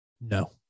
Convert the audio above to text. No